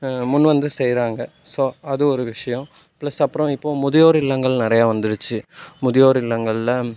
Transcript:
முன் வந்து செய்கிறாங்க ஸோ அது ஒரு விஷயம் பிளஸ் அப்புறம் இப்போ முதியோர் இல்லங்கள் நிறைய வந்துருச்சு முதியோர் இல்லங்களில்